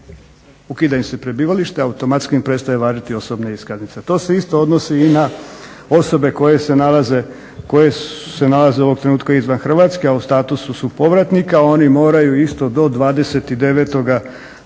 ukida im se prebivalište, automatski im prestaje važiti osobna iskaznica. To se isto odnosi i na osobe koje se nalaze ovog trenutka izvan Hrvatske, a u statusu su povratnika. Oni moraju isto do 29.12.